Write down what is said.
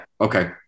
Okay